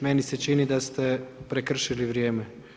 Meni se čini da ste prekršili vrijeme.